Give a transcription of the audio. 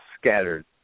scattered